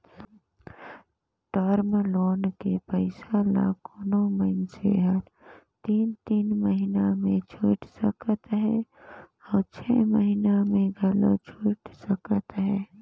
term loan के पइसा ल कोनो मइनसे हर तीन तीन महिना में छुइट सकत अहे अउ छै महिना में घलो छुइट सकत अहे